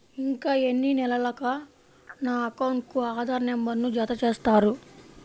ఇంకా ఎన్ని నెలలక నా అకౌంట్కు ఆధార్ నంబర్ను జత చేస్తారు?